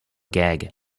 gag